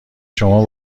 شما